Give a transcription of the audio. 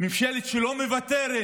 ממשלה שלא מוותרת,